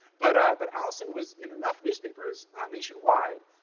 but ah but alison was in enough newspapers nationwide,